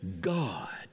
God